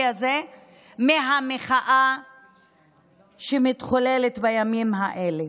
הזה מהמחאה שמתחוללת בימים האלה.